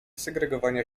segregowania